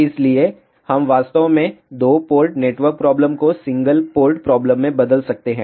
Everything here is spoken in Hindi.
इसलिए हम वास्तव में दो पोर्ट नेटवर्क प्रॉब्लम को सिंगल पोर्ट प्रॉब्लम में बदल सकते हैं